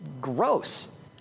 gross